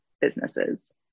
businesses